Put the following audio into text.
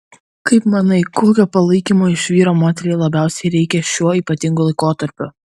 kaip manai kokio palaikymo iš vyro moteriai labiausiai reikia šiuo ypatingu laikotarpiu